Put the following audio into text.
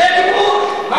זה כיבוש.